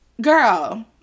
Girl